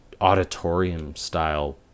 auditorium-style